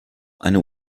eine